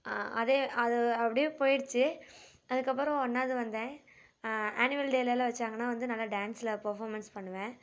அதே அது அப்படியே போய்டுச்சி அதுக்கப்புறம் ஒன்றாவுது வந்தேன் ஆனுவல் டேவில எல்லாம் வச்சாங்கன்னா வந்து நாலாம் டான்ஸில் பேர்ஃபார்மென்ஸ் பண்ணுவேன்